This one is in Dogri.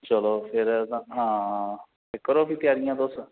चलो फेर ते हां ते करो फिर त्यारियां तुस